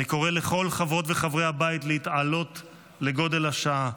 אני קורא לכל חברות וחברי הבית להתעלות לגודל השעה.